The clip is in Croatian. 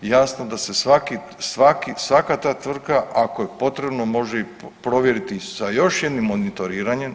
Jasno da se svaka ta tvrtka ako je potrebno može i provjeriti sa još jednim monitoriranjem.